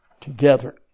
together